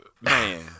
man